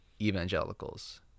evangelicals